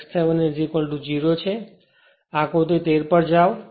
એટલે કે આકૃતિ 13 પર જાઓ